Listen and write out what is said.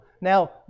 Now